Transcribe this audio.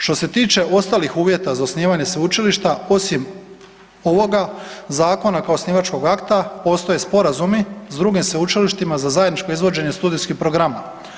Što se tiče ostalih uvjeta za osnivanje sveučilišta, osim ovoga zakona kao osnivačkog akta, postoje sporazumi s drugim sveučilištima za zajedničko izvođenje studijskih programa.